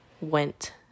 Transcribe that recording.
went